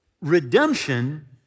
redemption